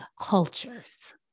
cultures